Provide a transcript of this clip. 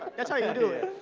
that's how you do it.